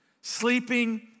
sleeping